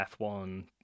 F1